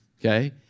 okay